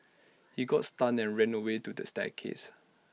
he got stunned and ran away to the staircase